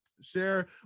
share